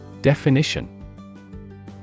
Definition